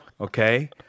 okay